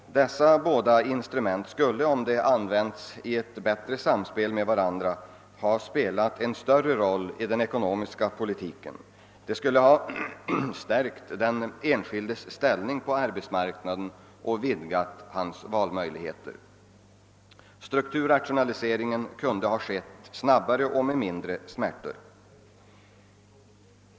Om dessa båda instrument hade använts i bättre samspel med varandra skulle de ha spelat en större roll i den ekonomiska politiken; de skulle ha stärkt den enskildes ställning på arbetsmarknaden och vidgat hans valmöjligheter. Strukturrationaliseringen kunde då ha skett snabbare och mindre smärtsamt.